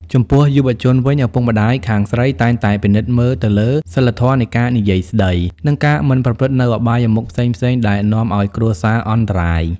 ចំពោះយុវជនវិញ ឪពុកម្ដាយខាងស្រីតែងតែពិនិត្យមើលទៅលើ "សីលធម៌នៃការនិយាយស្តី" និងការមិនប្រព្រឹត្តនូវអបាយមុខផ្សេងៗដែលនាំឱ្យគ្រួសារអន្តរាយ។